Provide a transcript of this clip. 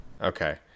Okay